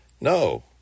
No